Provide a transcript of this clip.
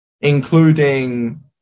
including